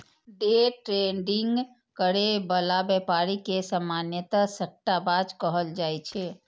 day trading करै बला व्यापारी के सामान्यतः सट्टाबाज कहल जाइ छै